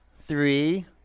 Three